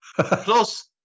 Plus